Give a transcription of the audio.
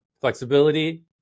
flexibility